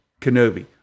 Kenobi